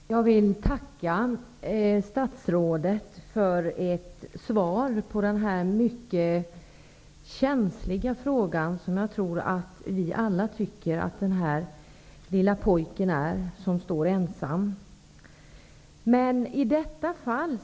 Fru talman! Jag vill tacka statsrådet för hennes svar i den mycket känsliga fråga som jag tror att vi alla tycker att fallet med den här lille ensamstående pojken är.